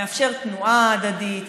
מאפשר תנועה הדדית,